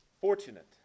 Fortunate